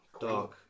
dark